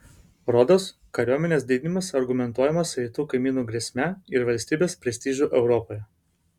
rodos kariuomenės didinimas argumentuojamas rytų kaimynų grėsme ir valstybės prestižu europoje